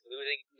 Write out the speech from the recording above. Losing